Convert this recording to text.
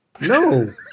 No